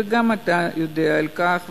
ואתה יודע על כך,